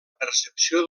percepció